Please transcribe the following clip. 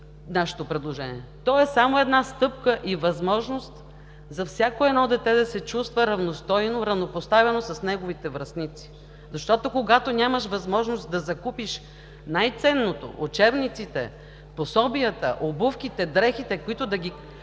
нашето предложение. То е само стъпка и възможност за всяко дете да се чувства равностойно, равнопоставено с неговите връстници. Защото, когато няма възможност да закупиш най-ценното – учебниците, пособията, обувките, дрехите, които да